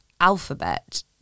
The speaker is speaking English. alphabet